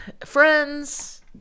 friends